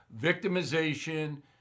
Victimization